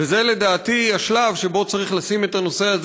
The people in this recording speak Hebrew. וזה לדעתי השלב שבו צריך לשים את הנושא הזה